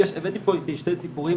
הבאתי פה איתי שני סיפורים.